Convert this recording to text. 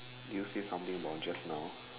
did you say something about just now